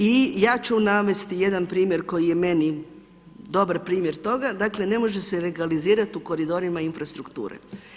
I ja ću navesti jedan primjer koji je meni dobar primjer toga dakle, ne može se legalizirati u koridorima infrastrukture.